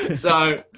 so,